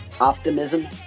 optimism